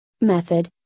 Method